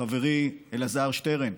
חברי אלעזר שטרן,